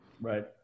Right